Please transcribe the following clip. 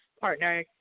partner